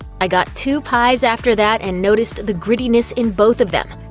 i got two pies after that and noticed the grittiness in both of them.